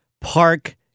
park